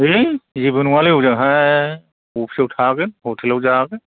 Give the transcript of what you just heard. है जेबो नङालै हजोंहाय अफिसाव थागोन हटेलाव जागोन